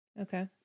Okay